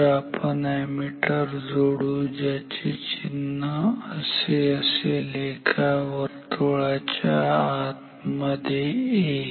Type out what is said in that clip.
तर आपण अॅमीटर जोडू त्याचे चिन्ह असे असेल एका वर्तुळाच्या आत मध्ये A